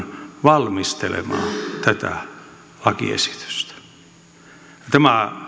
valmistelemaan tätä lakiesitystä tämä